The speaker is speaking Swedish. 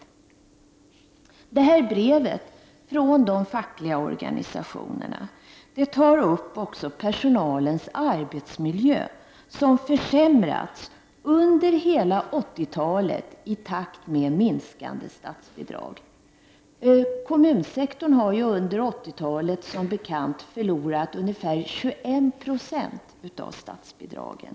I det här brevet från de fackliga organisationerna tas också personalens arbetsmiljö upp. Den har försämrats under hela 80-talet i takt med minskande statsbidrag. Kommunsektorn har under 80-talet som bekant förlorat ungefär 21 96 av statsbidragen.